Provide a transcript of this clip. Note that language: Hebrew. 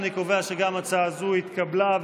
אני קובע שגם הצעה זאת התקבלה,